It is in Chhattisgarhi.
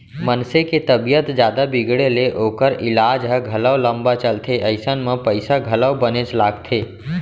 मनसे के तबीयत जादा बिगड़े ले ओकर ईलाज ह घलौ लंबा चलथे अइसन म पइसा घलौ बनेच लागथे